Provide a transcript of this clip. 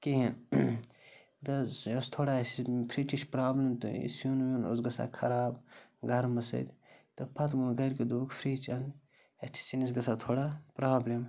کِہیٖنۍ تہٕ حظ یہِ ٲس تھوڑا اَسہِ فرٛجِچ پرٛابلِم تہٕ یہِ سیُن ویُن اوس گژھان خراب گَرمہٕ سۭتۍ تہٕ پَتہٕ ووٚن گَرکیو دوٚپُکھ فرٛج اَن اَسہِ چھِ سِنِس گژھان تھوڑا پرٛابلِم